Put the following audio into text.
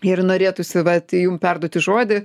ir norėtųsi vat jum perduoti žodį